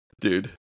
Dude